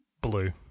Blue